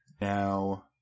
Now